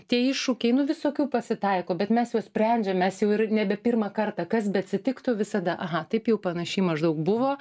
tie iššūkiai nu visokių pasitaiko bet mes juos sprendžiam mes jau ir nebe pirmą kartą kas beatsitiktų visada aha taip jau panašiai maždaug buvo